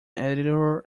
editor